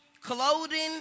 clothing